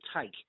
take